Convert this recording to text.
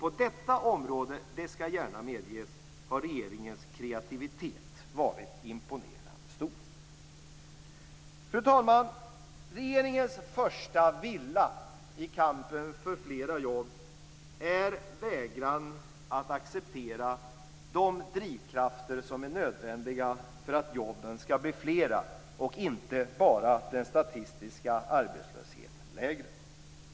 På detta område har - det skall gärna medges - regeringens kreativitet varit imponerande stor. Fru talman! Regeringens första villa i kampen för flera jobb är vägran att acceptera de drivkrafter som är nödvändiga för att jobben skall bli flera och inte bara den statistiska arbetslösheten lägre.